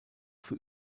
für